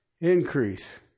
Increase